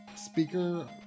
speaker